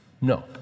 No